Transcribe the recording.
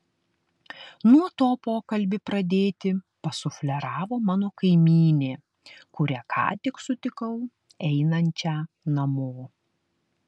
nuo to pokalbį pradėti pasufleravo mano kaimynė kurią ką tik sutikau einančią namo